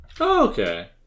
Okay